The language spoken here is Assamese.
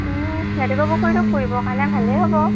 লেটেকু পুখুৰীটো ফুৰিবৰ কাৰণে ভালেই হ'ব